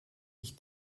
ich